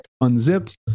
unzipped